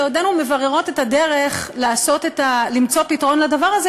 בעודנו מבררות את הדרך למצוא פתרון לדבר הזה,